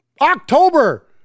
October